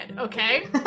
okay